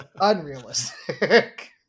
unrealistic